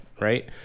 right